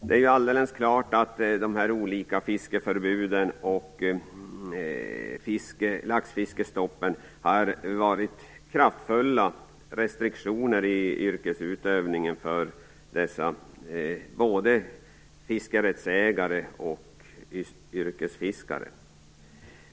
Det är alldeles klart att de olika fiskeförbuden och laxfiskestoppen har inneburit kraftfulla restriktioner för både fiskerättsägare och yrkesfiskare.